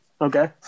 Okay